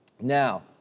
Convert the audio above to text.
Now